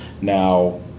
Now